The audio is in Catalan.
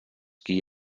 qui